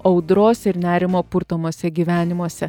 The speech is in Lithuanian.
audros ir nerimo purtomuose gyvenimuose